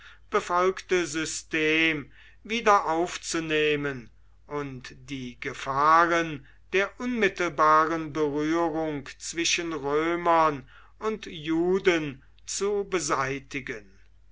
befolgte system wieder aufzunehmen und die gefahren der unmittelbaren berührung zwischen römern und juden zu beseitigen